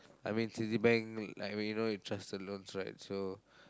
I mean Citibank like when you know you trust the loans right so